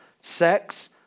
sex